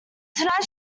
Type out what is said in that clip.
tonight